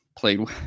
Played